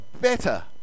better